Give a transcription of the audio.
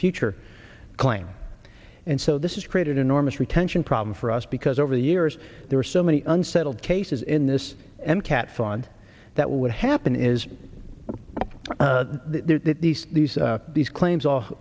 future claim and so this is created enormous retention problem for us because over the years there are so many unsettled cases in this and cat fund that what would happen is that these these these claims a